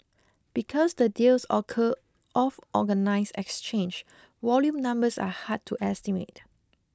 because the deals occur off organised exchange volume numbers are hard to estimate